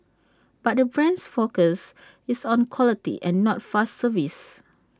but the brand's focus is on quality and not fast service